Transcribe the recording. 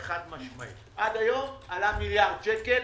עד היום עלה מיליארד שקל.